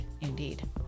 Indeed